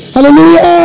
Hallelujah